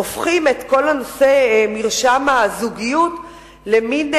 הופכים את כל נושא מרשם הזוגיות למין,